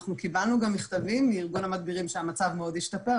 אנחנו גם קיבלנו מכתבים מארגון המדבירים שהמצב מאוד השתפר.